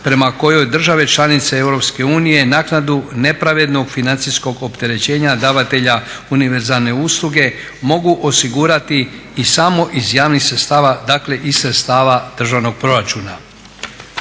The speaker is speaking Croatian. prema kojoj države članice EU naknadu nepravednog financijskog opterećenja davatelja univerzalne usluge mogu osigurati i samo iz javnih sredstava dakle iz sredstava državnog proračuna.